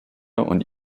und